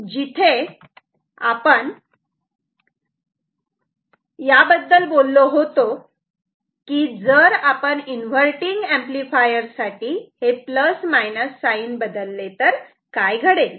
जिथे आपण याबद्दल बोललो होतो की जर आपण इन्व्हर्टटिंग एंपलीफायर साठी हे प्लस मायनस साईन बदलले तर काय घडेल